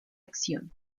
acción